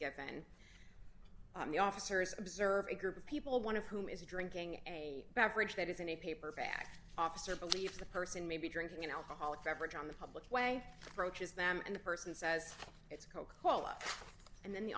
given the officers observe a group of people one of whom is drinking a beverage that is in a paper bag officer believes the person may be drinking an alcoholic beverage on the public way broaches them and the person says it's coca cola and then the